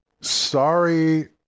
Sorry